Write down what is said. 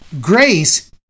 grace